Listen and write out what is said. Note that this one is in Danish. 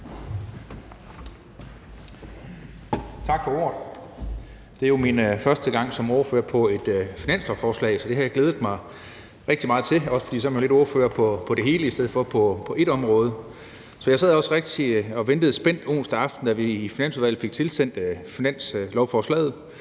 Tak for ordet. Det er min første gang som ordfører på et finanslovsforslag, så det har jeg glædet mig rigtig meget til, også fordi man så er ordfører på det hele i stedet for på ét område. Jeg sad også onsdag aften og ventede spændt, da vi i Finansudvalget fik tilsendt finanslovsforslaget,